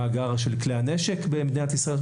מאגר של כלי הנשק במדינת ישראל.